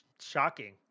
shocking